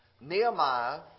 Nehemiah